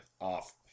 off